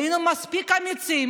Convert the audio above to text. היינו מספיק אמיצים